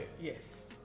yes